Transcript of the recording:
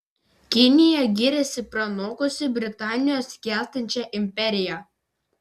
kinija giriasi pranokusi britanijos gęstančią imperiją